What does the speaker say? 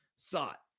thought